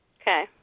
Okay